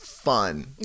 Fun